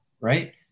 Right